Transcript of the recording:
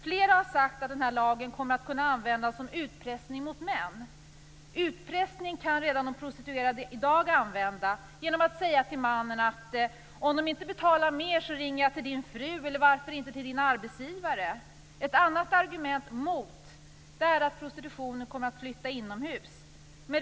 Flera har sagt att den här lagen kommer att kunna användas som utpressning mot män. Utpressning kan de prostituerade redan i dag använda genom att säga till männen: Om du inte betalar mera, ringer jag din fru, eller varför inte till din arbetsgivare? Ett annat argument mot denna lagstiftning är att prostitutionen kommer att flytta inomhus.